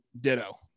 ditto